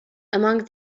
among